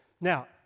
Now